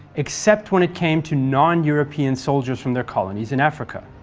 except when it came to non-european soldiers from their colonies in africa.